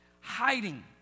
Hiding